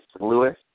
Lewis